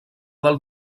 del